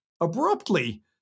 abruptly